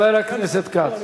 חבר הכנסת כץ.